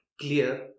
clear